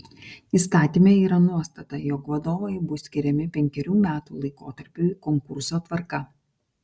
įstatyme yra nuostata jog vadovai bus skiriami penkerių metų laikotarpiui konkurso tvarka